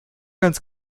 ganz